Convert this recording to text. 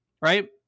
Right